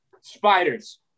spiders